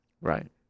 Right